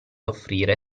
offrire